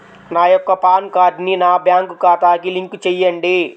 నా యొక్క పాన్ కార్డ్ని నా బ్యాంక్ ఖాతాకి లింక్ చెయ్యండి?